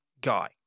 guy